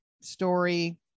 story